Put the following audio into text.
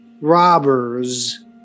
robbers